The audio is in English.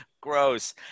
gross